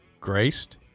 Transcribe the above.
graced